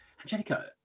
Angelica